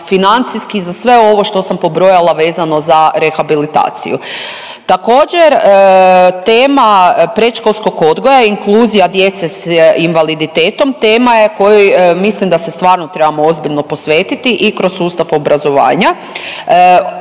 financijski za sve ovo što sam pobrojala vezano za rehabilitaciju. Također tema predškolskog odgoja, inkluzija djece sa invaliditetom tema je kojoj mislim da se stvarno trebamo ozbiljno posvetiti i kroz sustav obrazovanja.